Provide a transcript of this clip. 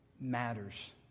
matters